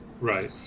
Right